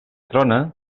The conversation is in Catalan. trona